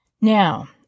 Now